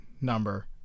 number